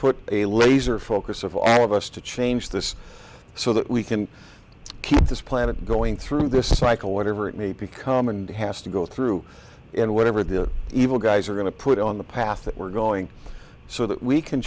put a laser focus of all of us to change this so that we can keep this planet going through this cycle whatever it may become and has to go through and whatever the evil guys are going to put on the path that we're going so that we can